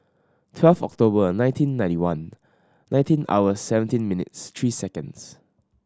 twelve October nineteen ninety one nineteen hour seventeen minutes three seconds